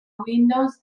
windows